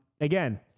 Again